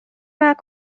باید